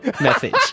message